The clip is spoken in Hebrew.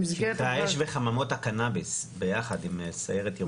במסגרת --- האש וחממות הקנאביס ביחד עם סיירת ירוקה.